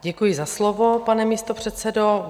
Děkuji za slovo, pane místopředsedo.